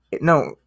No